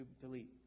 delete